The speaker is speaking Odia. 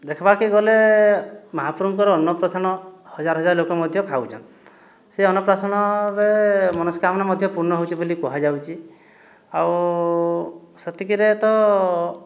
ଦେଖ୍ବାକେ ଗଲେ ମହାପ୍ୁଙ୍କର ଅନ୍ନପ୍ରସନ୍ନ ହଜାର ହଜାର ଲୋକ ମଧ୍ୟ ଖାଉଛନ ସେହି ଅନ୍ନପ୍ରସନ୍ନରେ ମନସ୍କାମନା ମଧ୍ୟ ପୂର୍ଣ୍ଣ ହଉଛି ବୋଲି କୁହାଯାଉଛି ଆଉ ସେତକିରେ ତ